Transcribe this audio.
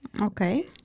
Okay